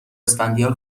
اسفندیار